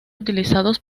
utilizados